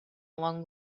along